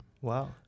Wow